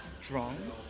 strong